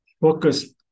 focus